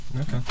okay